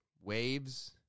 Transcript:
waves